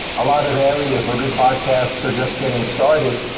a lot of areas where good podcast are just getting started,